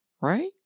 Right